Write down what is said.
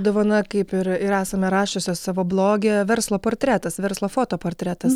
dovana kaip ir ir esame rašiusios savo bloge verslo portretas verslo fotoportretas